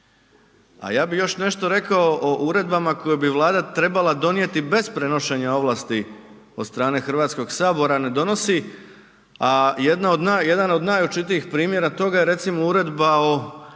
a ja bi još nešto rekao o uredbama koje bi Vlada trebala donijeti bez prenošenja ovlasti od strane Hrvatskog sabora ne donosi ih, a jedna od, jedan o najočitijih primjera toga je recimo uredba o nazivima